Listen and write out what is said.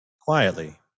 quietly